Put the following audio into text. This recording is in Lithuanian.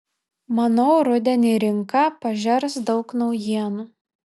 manau rudenį rinka pažers daug naujienų